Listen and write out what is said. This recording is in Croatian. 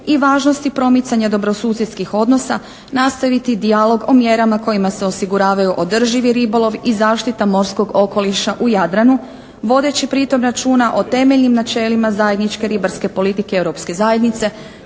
i važnosti promicanja dobrosusjedskih odnosa nastaviti dijalog o mjerama kojima se osiguravaju održivi ribolov i zaštita morskog okoliša u Jadranu, vodeći pri tom računa o temeljnim načelima zajedničke ribarske politike Europske zajednice,